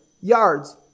yards